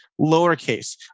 lowercase